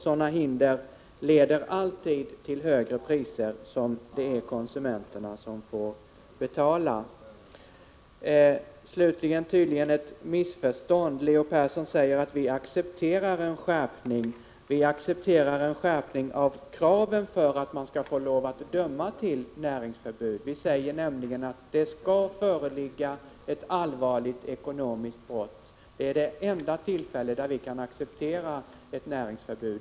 Sådana hinder leder alltid till högre priser, som konsumenterna får betala. Slutligen vill jag beröra vad som tydligen är ett missförstånd. Leo Persson säger att vi accepterar en skärpning. Vi accepterar en skärpning av det krav som skall vara uppfyllt för att man skall få lov att döma till näringsförbud. Vi säger nämligen att det skall föreligga ett allvarligt ekonomiskt brott. Det är det enda tillfälle då vi kan acceptera ett näringsförbud.